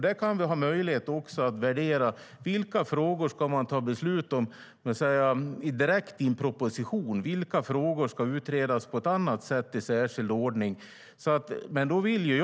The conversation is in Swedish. Där kan vi också ha möjlighet att värdera vilka frågor man ska fatta beslut om direkt utifrån en proposition och vilka frågor som ska utredas i särskild ordning.